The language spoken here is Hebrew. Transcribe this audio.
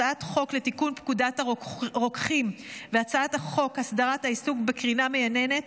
הצעת חוק לתיקון פקודת הרוקחים והצעת חוק הסדרת העיסוק בקרינה מייננת,